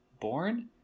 Born